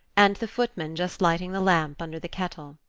and the footman just lighting the lamp under the kettle.